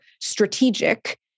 strategic